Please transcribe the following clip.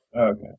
Okay